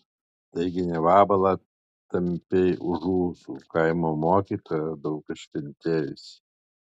taigi ne vabalą tampei už ūsų kaimo mokytoją daug iškentėjusį